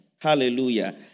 Hallelujah